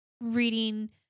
reading